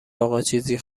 آقاچیزی